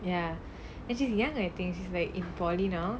ya and she's young I think she's like in polytechnic now